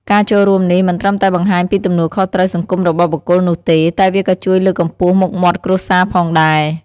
ការចូលរួមនេះមិនត្រឹមតែបង្ហាញពីទំនួលខុសត្រូវសង្គមរបស់បុគ្គលនោះទេ តែវាក៏ជួយលើកកម្ពស់មុខមាត់គ្រួសារផងដែរ។